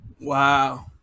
Wow